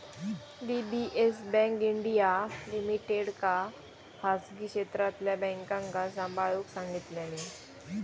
DBS bank India लिमिटेडका खासगी क्षेत्रातल्या बॅन्कांका सांभाळूक सांगितल्यानी